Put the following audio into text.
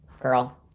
girl